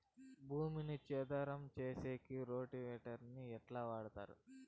భూమిని చదరం సేసేకి రోటివేటర్ ని ఎట్లా వాడుతారు?